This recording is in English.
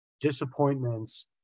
disappointments